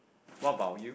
what about you